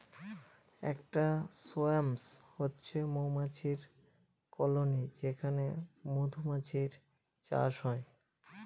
একটা সোয়ার্ম হচ্ছে মৌমাছির কলোনি যেখানে মধুমাছির চাষ হয়